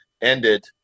ended